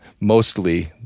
mostly